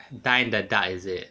dine in the dark is it